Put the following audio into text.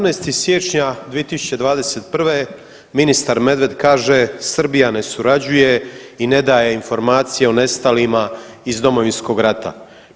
17. siječnja 2021. ministar Medved kaže, Srbija ne surađuje i ne daje informacije o nestalima iz Domovinskog rata.